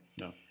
No